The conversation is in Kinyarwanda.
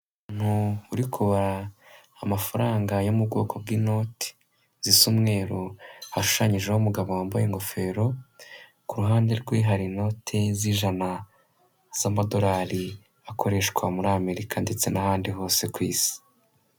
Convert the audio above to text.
Umuntu uri kubara amafaranga yo mu bwoko bw'inoti zisa umweru, hashushanyijeho umugabo wambaye ingofero, kuruhande rwe hari inote z'ijana z'amadolari akoreshwa muri America ndetse n'ahandi hose ku isi.